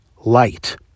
light